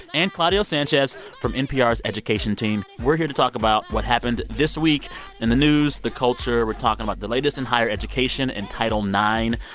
and claudio sanchez from npr's education team, we're here to talk about what happened this week in the news, the culture. we're talking about the latest in higher education and title ix,